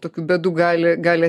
tokių bėdų gali gali